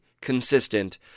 consistent